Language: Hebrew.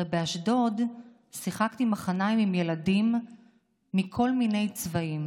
הרי באשדוד שיחקתי מחניים עם ילדים מכל מיני צבעים.